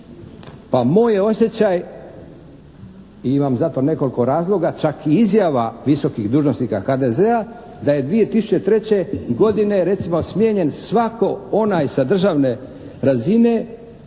je osjećaj i imam za to nekoliko razloga čak i izjava visokih dužnosnika HDZ-a da je 2003. godine recimo smijenjen svatko onaj sa državne razine